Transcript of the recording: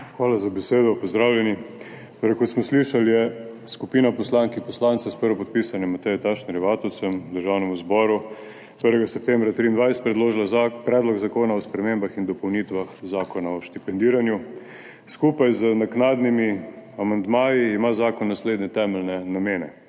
Hvala za besedo. Pozdravljeni! Kot smo slišali, je skupina poslank in poslancev s prvopodpisanim Matejem Tašnerjem Vatovcem Državnemu zboru 1. septembra 2023 predložila Predlog zakona o spremembah in dopolnitvah Zakona o štipendiranju. Skupaj z naknadnimi amandmaji ima zakon naslednje temeljne namene.